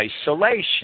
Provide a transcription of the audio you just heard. isolation